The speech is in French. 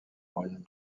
maurienne